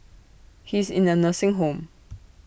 he is in A nursing home